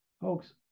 folks